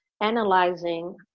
analyzing